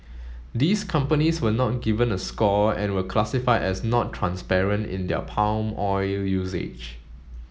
these companies were not given a score and were classified as not transparent in their palm oil usage